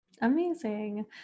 Amazing